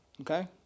Okay